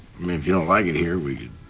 mean if you don't like it here. we could